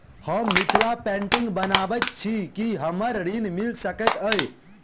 हम मिथिला पेंटिग बनाबैत छी की हमरा ऋण मिल सकैत अई?